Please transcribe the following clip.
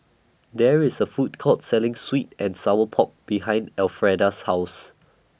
There IS A Food Court Selling Sweet and Sour Pork behind Elfreda's House